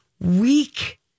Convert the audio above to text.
weak